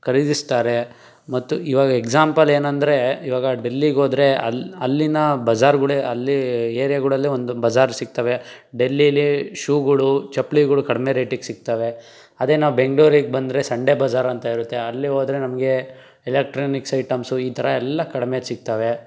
ಖರೀದಿಸ್ತಾರೆ ಮತ್ತು ಇವಾಗ ಎಕ್ಸಾಂಪಲ್ ಏನು ಅಂದರೆ ಇವಾಗ ಡೆಲ್ಲಿಗೆ ಹೋದ್ರೆ ಅಲ್ಲಿ ಅಲ್ಲಿನ ಬಜಾರ್ಗಳೆ ಅಲ್ಲಿ ಏರಿಯಾಗಳಲ್ಲೆ ಒಂದು ಬಜಾರ್ ಸಿಗ್ತವೆ ಡೆಲ್ಲೀಲಿ ಶೂಗಳು ಚಪ್ಲಿಗಳು ಕಡಿಮೆ ರೇಟಿಗೆ ಸಿಗ್ತವೆ ಅದೇ ನಾವು ಬೆಂಗ್ಳೂರಿಗೆ ಬಂದರೆ ಸಂಡೇ ಬಜಾರ್ ಅಂತ ಇರುತ್ತೆ ಅಲ್ಲಿ ಹೋದ್ರೆ ನಮಗೆ ಎಲೆಕ್ಟ್ರಾನಿಕ್ಸ್ ಐಟಮ್ಸು ಈ ಥರ ಎಲ್ಲ ಕಡಿಮೆ ಸಿಗ್ತವೆ